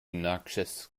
noxious